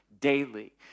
daily